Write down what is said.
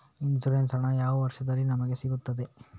Insurance ಹಣ ಯಾವ ವರ್ಷದಲ್ಲಿ ನಮಗೆ ಸಿಗುತ್ತದೆ?